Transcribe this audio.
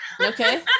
Okay